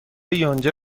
یونجه